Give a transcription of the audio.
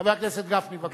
חבר הכנסת גפני, בבקשה.